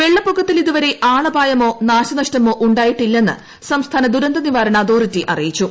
വെള്ളപ്പൊക്കത്തിൽ ഇതുവരെ ആളപായമോ നാശനഷ്ടമോ ഉണ്ടായിട്ടില്ലെന്ന് സംസ്ഥാന ദുരന്തനിവാരണ അതോറിറ്റി അറിയിച്ചു